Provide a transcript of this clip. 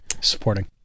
Supporting